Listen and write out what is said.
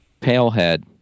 Palehead